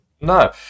No